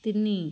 ତିନି